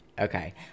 Okay